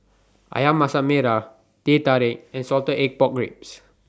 Ayam Masak Merah Teh Tarik and Salted Egg Pork Ribs